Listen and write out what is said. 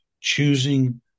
choosing